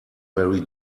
very